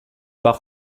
par